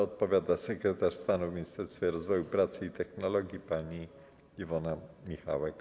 Odpowiada sekretarz stanu w Ministerstwie Rozwoju, Pracy i Technologii pani Iwona Michałek.